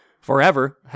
forever